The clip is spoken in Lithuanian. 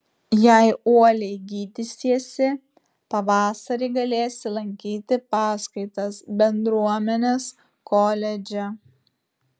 jei uoliai gydysiesi pavasarį galėsi lankyti paskaitas bendruomenės koledže